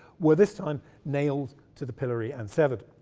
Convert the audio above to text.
were this time nailed to the pillory and severed.